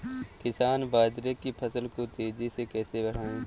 किसान बाजरे की फसल को तेजी से कैसे बढ़ाएँ?